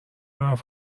رفت